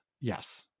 Yes